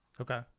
Okay